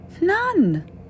None